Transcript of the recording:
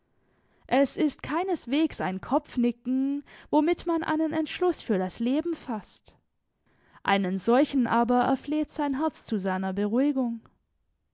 es ist keineswegs ein kopfnicken womit man einen entschluß für das leben faßt einen solchen aber erfleht sein herz zu seiner beruhigung